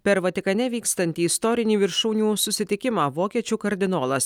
per vatikane vykstantį istorinį viršūnių susitikimą vokiečių kardinolas